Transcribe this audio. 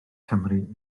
cymru